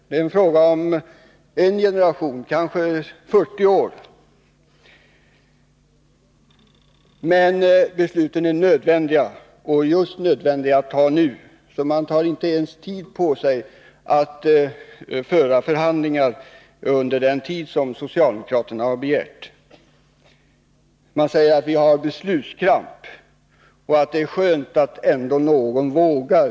Det är fråga om en generation, kanske 40 år. Besluten är nödvändiga — och nödvändiga att ta just nu, menar man. Man tar inte ens tid på sig att föra de förhandlingar som socialdemokraterna begärt. Man säger att socialdemokraterna har beslutskramp och att det är skönt att ändå någon vågar.